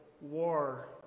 war